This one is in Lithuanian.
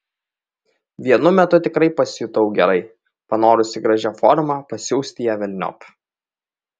vienu metu tikrai pasijutau gerai panorusi gražia forma pasiųsti ją velniop